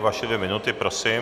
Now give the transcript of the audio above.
Vaše dvě minuty, prosím.